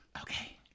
Okay